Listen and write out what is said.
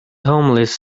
homeless